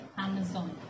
Amazon